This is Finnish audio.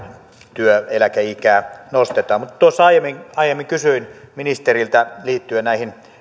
työeläkeikää nostetaan aiemmin aiemmin kysyin ministeriltä liittyen näihin